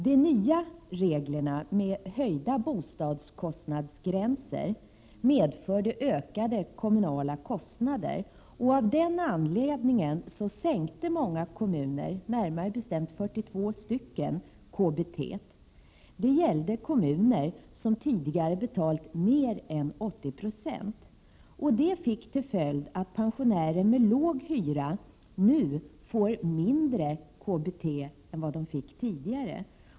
De nya reglerna, med höjda bostadskostnadsgränser, medförde ökade kommunala kostnader. Av den anledningen sänkte många kommuner — närmare bestämt 42— KBT. Det gällde kommuner som tidigare hade betalt mer än 80 26. Detta fick till följd att pensionärer med låg hyra nu får mindre KBT än vad de fick tidigare.